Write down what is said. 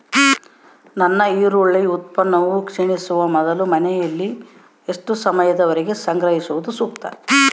ನನ್ನ ಈರುಳ್ಳಿ ಉತ್ಪನ್ನವು ಕ್ಷೇಣಿಸುವ ಮೊದಲು ಮನೆಯಲ್ಲಿ ಎಷ್ಟು ಸಮಯದವರೆಗೆ ಸಂಗ್ರಹಿಸುವುದು ಸೂಕ್ತ?